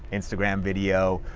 instagram video,